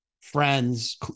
friends